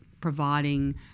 providing